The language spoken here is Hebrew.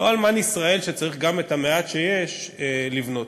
לא אלמן ישראל שצריך גם במעט שיש לבנות.